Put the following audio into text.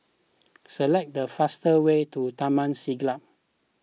select the fastest way to Taman Siglap